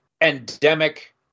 endemic